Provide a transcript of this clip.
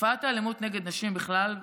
תופעת האלימות נגד נשים בכלל,